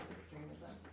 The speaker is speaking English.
extremism